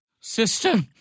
Sister